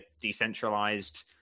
decentralized